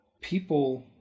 people